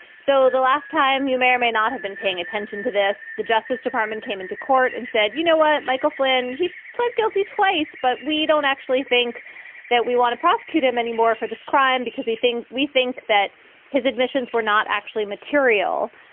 so the last time you may or may not have been paying attention to this, the justice department came into court and said, you know what, michael flynn, he pled guilty twice. but we don't actually think that we want to prosecute him anymore for this crime because he think we think that his admissions were not actually material.